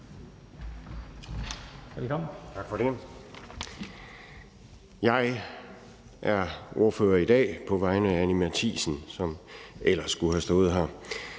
(V): Tak for det. Jeg er ordfører i dag på vegne af fru Anni Matthiesen, som ellers skulle have stået her.